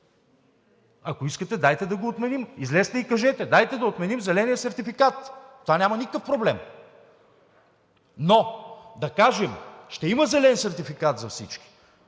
Ако искате, дайте да го отменим. Излезте и кажете: дайте да отменим зеления сертификат. В това няма никакъв проблем. Но да кажем, че ще има зелен сертификат за всички,